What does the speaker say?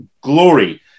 Glory